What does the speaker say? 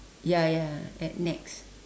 ya ya at nex